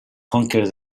conquer